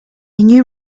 new